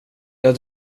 jag